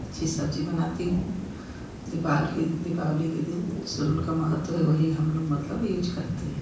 अच्छे सब्जी बनाती हूँ दीवाल कि दिवाली के दिन सूरन का महत्व है वही हम लोग मतलब यूज करते हैं